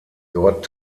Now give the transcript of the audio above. dort